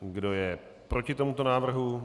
Kdo je proti tomuto návrhu?